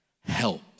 help